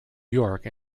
york